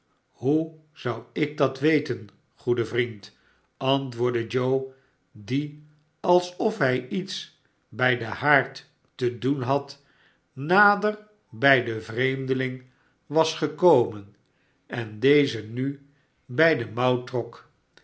jhoe zou ik dat weten goede vriend antwoordde joe die alsof hij iets bij den haard te doen had nader bij den vreemdeling was gekomen en dezen nu bij den mouw trok